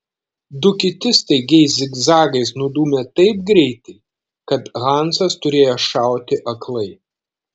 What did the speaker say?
du kiti staigiais zigzagais nudūmė taip greitai kad hansas turėjo šauti aklai